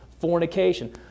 fornication